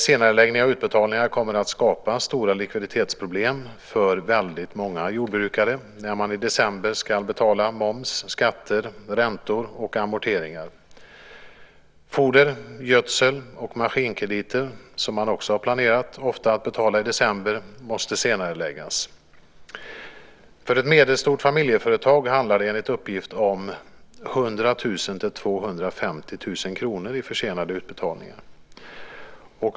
Senareläggning av utbetalningarna kommer att skapa stora likviditetsproblem för väldigt många jordbrukare när de i december ska betala moms, skatter, räntor och amorteringar. Foder-, gödsel och maskinkrediter, som man ofta planerat att betala i december, måste senareläggas. För ett medelstort familjeföretag handlar det enligt uppgift om 100 000-250 000 kr i försenade utbetalningar.